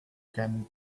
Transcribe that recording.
can